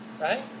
right